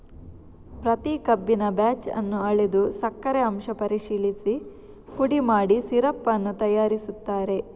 ಪ್ರತಿ ಕಬ್ಬಿನ ಬ್ಯಾಚ್ ಅನ್ನು ಅಳೆದು ಸಕ್ಕರೆ ಅಂಶ ಪರಿಶೀಲಿಸಿ ಪುಡಿ ಮಾಡಿ ಸಿರಪ್ ಅನ್ನು ತಯಾರಿಸುತ್ತಾರೆ